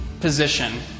position